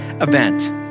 event